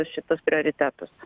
šitus prioritetus